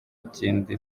kindi